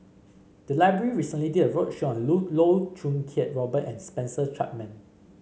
the library recently did a roadshow on Loh Choo Kiat Robert and Spencer Chapman